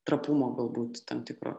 trapumo galbūt tam tikro